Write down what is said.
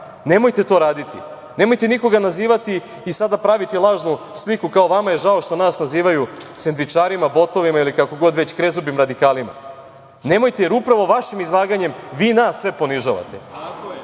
Nemojte to raditi, nemojte nikoga nazivati i sada praviti lažnu sliku, kao vama je žao što nas nazivaju sendvičarima, botovima ili kako god već, krezubim radikalima. Nemojte, jer upravo vašim izlaganjem vi nas sve ponižavate